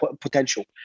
potential